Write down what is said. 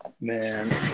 Man